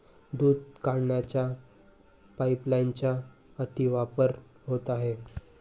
दूध काढण्याच्या पाइपलाइनचा अतिवापर होत आहे